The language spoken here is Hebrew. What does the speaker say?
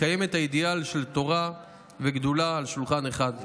לקיים את האידיאל של תורה וגדולה על שולחן אחד.